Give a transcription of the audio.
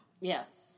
Yes